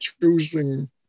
choosing